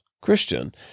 Christian